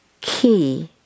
key